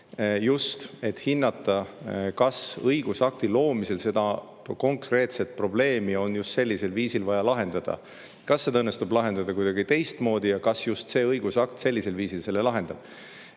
et hinnata õigusakti loomisel, kas seda konkreetset probleemi on just sellisel viisil vaja lahendada, kas seda õnnestub lahendada kuidagi teistmoodi ja kas just see õigusakt sellisel viisil selle lahendab.